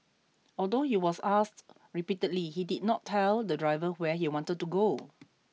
although he was asked repeatedly he did not tell the driver where he wanted to go